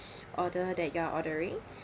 order that you are ordering